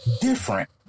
different